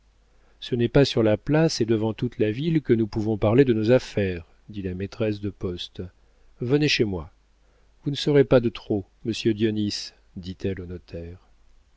ce n'est pas sur la place et devant toute la ville que nous pouvons parler de nos affaires dit la maîtresse de poste venez chez moi vous ne serez pas de trop monsieur dionis dit-elle au